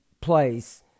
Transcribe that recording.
place